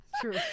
True